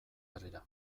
herrira